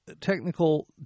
technical